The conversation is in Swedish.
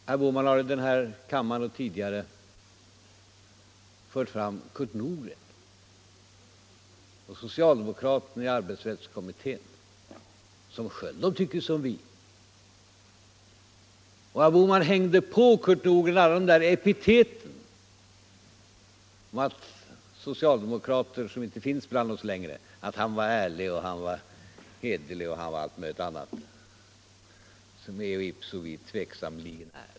Herr Bohman har nu och tidigare fört Kurt Nordgrens namn på tal och även nämnt socialdemokraterna i arbetsrättskommittén, men de tycker som vi. Och herr Bohman hängde på Kurt Nordgren alla vackra epitet som brukar ges socialdemokrater som inte finns bland oss längre. Han var ärlig och hederlig och allt möjligt — som, eo ipso, vi tveksamlingen är.